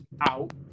out